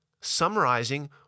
summarizing